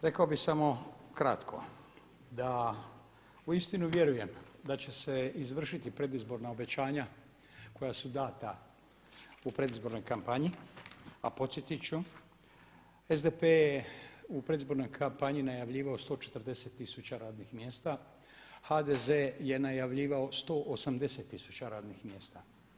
Rekao bih samo kratko, da uistinu vjerujem da će se izvršiti predizborna obećanja koja su dana u predizbornoj kampanji, a podsjetit ću SDP je u predizbornoj kampanji najavljivao 140 000 radnih mjesta, HDZ je najavljivao 180 000 radnih mjesta.